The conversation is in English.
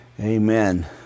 Amen